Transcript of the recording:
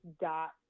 dot